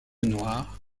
noire